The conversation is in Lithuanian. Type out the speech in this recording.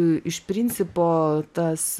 iš principo tas